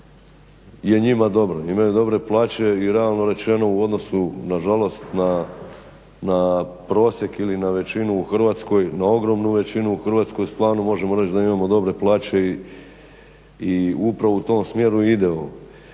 imaju dobre plaće i realno rečeno u odnosu, nažalost na prosjek ili na većinu u Hrvatskoj, na ogromnu većinu u Hrvatskoj, stvarno možemo reći da imamo dobre plaće i upravo u tom smjeru i idemo.